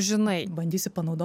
žinai bandysiu panaudot